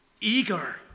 eager